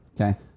Okay